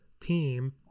team